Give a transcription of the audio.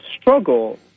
struggle